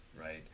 right